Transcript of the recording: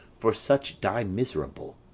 for such die miserable.